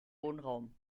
wohnraum